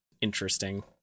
interesting